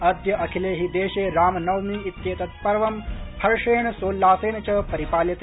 अद्य अखिले हि देशे रामनवमी इत्येद पर्व हर्षेण सोल्लासेन च परिपाल्यते